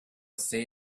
say